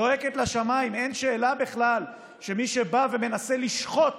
אין שאלה בכלל שמי שבא ומנסה לשחוט